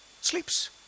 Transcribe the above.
Sleeps